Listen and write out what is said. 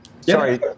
Sorry